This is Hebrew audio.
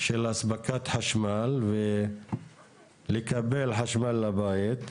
של אספקת חשמל ולקבל חשמל לבית.